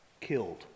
killed